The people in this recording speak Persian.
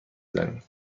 زنیم